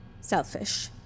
Selfish